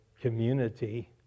community